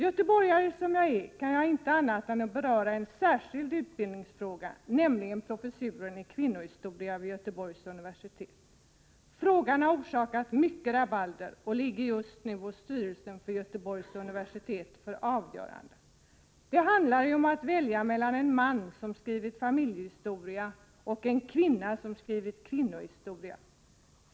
Göteborgare som jag är kan jag ju inte annat än beröra en särskild utbildningsfråga, nämligen professuren i kvinnohistoria vid Göteborgs universitet. Frågan har orsakat mycket rabalder och ligger just nu hos styrelsen för Göteborgs universitet för avgörande. Det handlar om att välja mellan en man som skrivit familjehistoria och en kvinna som skrivit kvinnohistoria.